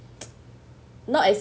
not as